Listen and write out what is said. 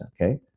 okay